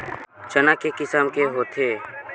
चना के किसम के होथे?